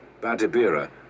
Badibira